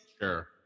sure